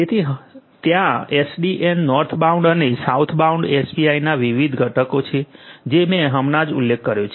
તેથી ત્યાં SDN northbound અને સાઉથબાઉન્ડ એપીઆઇના વિવિધ ઘટકો છે જે મેં હમણાં જ ઉલ્લેખ કર્યો છે